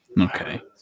Okay